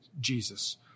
Jesus